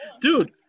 dude